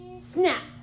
Snap